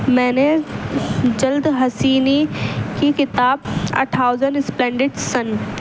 میں نے جلد حسینی کی کتاب